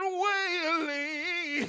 wailing